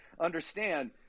understand